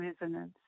resonance